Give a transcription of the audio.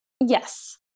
Yes